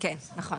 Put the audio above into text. כן, נכון.